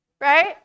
right